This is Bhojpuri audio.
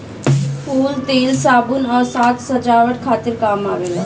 फूल तेल, साबुन आ साज सजावट खातिर काम आवेला